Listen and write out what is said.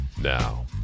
Now